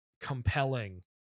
compelling